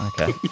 Okay